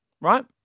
Right